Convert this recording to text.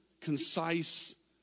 concise